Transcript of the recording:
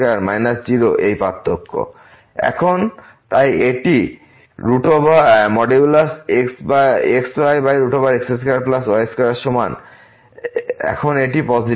এবং এখন তাই এটি xyx2y2 এর সমান এবং এখন এটি পজিটিভ